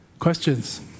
Questions